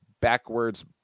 backwards